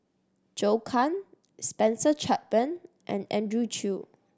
Zhou Can Spencer Chapman and Andrew Chew